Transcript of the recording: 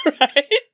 Right